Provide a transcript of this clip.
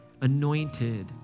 anointed